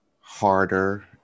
harder